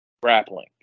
grappling